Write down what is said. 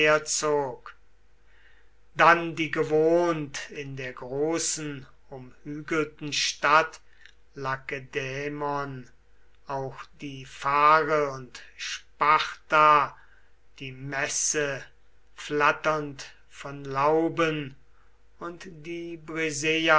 dann die gewohnt in der großen umhügelten stadt lakedämon auch die phare und sparta die messe flatternd von lauben und die